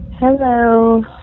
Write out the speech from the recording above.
Hello